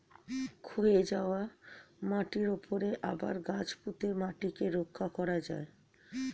ক্ষয়ে যাওয়া মাটির উপরে আবার গাছ পুঁতে মাটিকে রক্ষা করা যায়